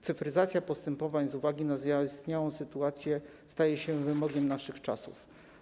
Cyfryzacja postępowań z uwagi na zaistniałą sytuację staje się wymogiem naszych czasów.